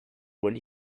when